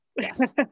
Yes